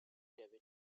david